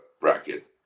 bracket